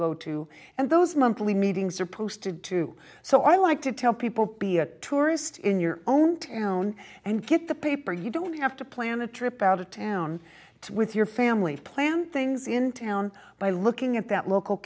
go to and those monthly meetings are posted to so i like to tell people be a tourist in your own town and get the paper you don't have to plan a trip out of town with your family plan things in town by looking at that local